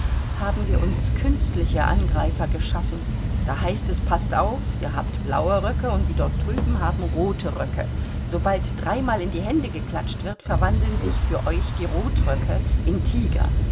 haben wir uns künstliche angreifer geschaffen da heißt es paßt auf ihr habt blaue röcke und die dort drüben haben rote röcke sobald dreimal in die hände geklatscht wird verwandeln sich für euch die rotröcke in tiger